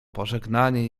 pożegnanie